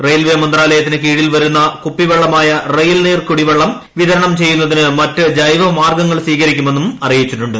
railway മന്ത്രാലയത്തിന് കീഴിൽ വിതരണം ചെയ്യുന്ന കുപ്പിവെള്ളമായ റെയിൽ നീർ കുടിവെള്ളം വിതരണം ചെയ്യുന്നതിന് മറ്റ് ജൈവമാർഗ്ഗങ്ങൾ സ്വീകരിക്കുമെന്ന് അറിയിച്ചിട്ടുണ്ട്